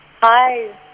Hi